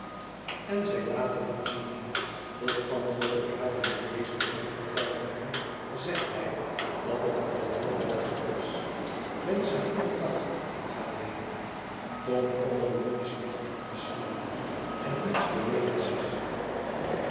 en zij laat het hem zien tot antwoord op hare bedeesde dankbetuigingen zegt hij dat het al heel wel zoo is wenscht haar goedendag en gaat heen tomall alones ligt nog te slapen en niets beweegt zich